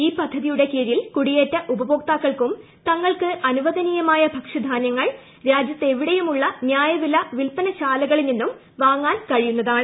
ഈ പദ്ധതിയിൻകീഴിൽ കുടിയേറ്റ ഉപഭോക്താക്കൾക്കും തങ്ങൾക്ക് അനുവദനീയമായ ഭക്ഷ്യധാന്യങ്ങൾ രാജ്യത്തെവിടെയുമുളള ന്യായവില വിൽപ്പനശാലകളിൽ നിന്നും വാങ്ങാൻ കഴിയുന്നതാണ്